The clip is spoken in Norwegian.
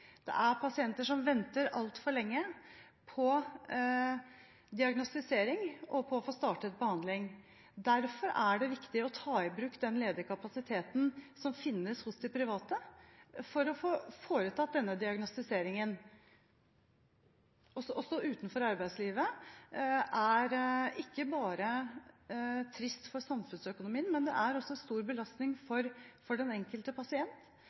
Det er pasienter som venter altfor lenge på diagnostisering og på å få startet behandling. Derfor er det viktig å ta i bruk den ledige kapasiteten som finnes hos de private for å få foretatt denne diagnostiseringen. Mange av disse pasientene står også utenfor arbeidslivet. Det er ikke bare trist for samfunnsøkonomien, men det er også stor belastning for den enkelte pasient,